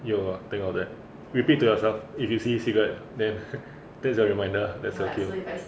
you will think of that repeat to yourself if you see cigarette then that's your reminder that's okay